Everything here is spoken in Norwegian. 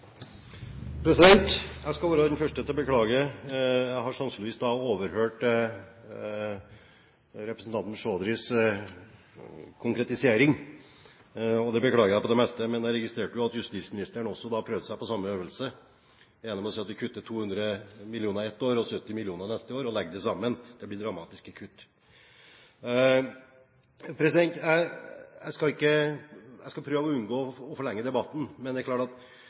Jeg skal være den første til å beklage. Jeg har sannsynligvis overhørt representantens Chaudhrys konkretisering, og det beklager jeg på det sterkeste. Men jeg registrerte jo at justisministeren også prøvde seg på samme øvelse, gjennom å si at vi kutter 200 mill. kr ett år og 70 mill. kr neste år og legger det sammen. Det blir dramatiske kutt. Jeg skal prøve å unngå å forlenge debatten. Men det er klart